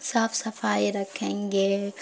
صاف صفائی رکھیں گے